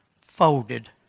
folded